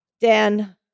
Dan